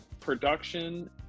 production